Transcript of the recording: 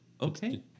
Okay